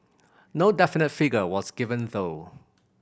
no definite figure was given though